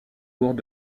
lourds